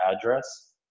address